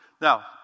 Now